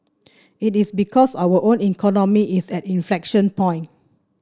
it is because our own economy is at an inflection point